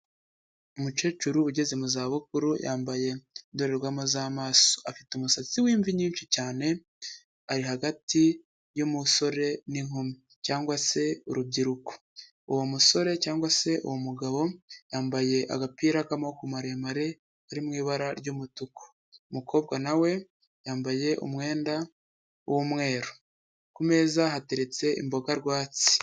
Umukecuru ugeze mu zabukuru yambaye indorerwamo z'amaso, afite umusatsi w'imvi nyinshi cyane, ari hagati y'umusore n'inkumi cyangwa se urubyiruko, uwo musore cyangwa se uwo mugabo yambaye agapira k'amaboko maremare kari mu ibara ry'umutuku, umukobwa na we yambaye umwenda w'umweru, ku meza hateretse imboga rwatsi.